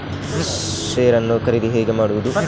Share ನ್ನು ಖರೀದಿ ಹೇಗೆ ಮಾಡುವುದು?